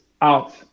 out